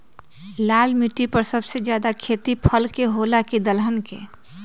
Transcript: लाल मिट्टी पर सबसे ज्यादा खेती फल के होला की दलहन के?